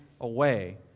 away